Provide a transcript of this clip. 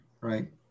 right